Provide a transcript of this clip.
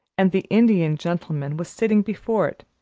and the indian gentleman was sitting before it,